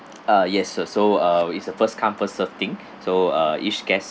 ah yes uh so uh it's a first come first served thing so uh each guest